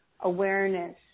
awareness